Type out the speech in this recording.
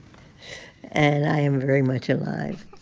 and i am very much alive